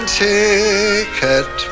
ticket